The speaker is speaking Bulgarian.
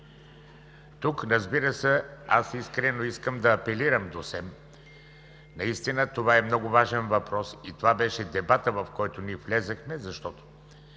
Тук, разбира се, аз искрено искам да апелирам до СЕМ. Наистина това е много важен въпрос и това беше дебатът, в който ние влязохме, защото